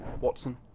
Watson